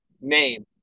name